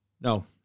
No